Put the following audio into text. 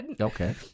okay